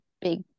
big